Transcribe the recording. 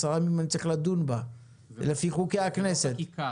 ונשמח לראות אתכן בדרכים אחרות בוועדה.